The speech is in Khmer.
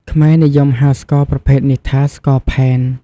ខ្មែរនិយមហៅស្ករប្រភេទនេះថា ស្ករផែន។